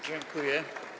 Dziękuję.